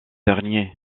dernier